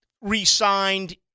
re-signed